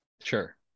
Sure